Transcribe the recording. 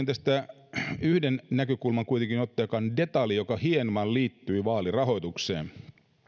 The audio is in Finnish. tästä kuitenkin ottaa yhden näkökulman joka on detalji joka hieman liittyy vaalirahoitukseen